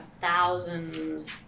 thousands